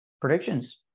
predictions